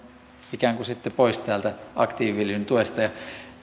ikään kuin sitten pois täältä aktiiviviljelyn tuesta ja